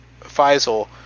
Faisal